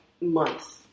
months